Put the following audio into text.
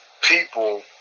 people